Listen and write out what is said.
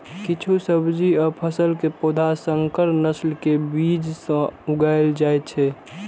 किछु सब्जी आ फसल के पौधा संकर नस्ल के बीज सं उगाएल जाइ छै